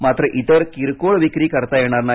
मात्र इतर किरकोळ विक्री करता येणार नाही